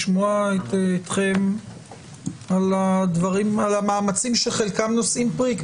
לשמוע אתכם על המאמצים שחלקם נושאים פרי,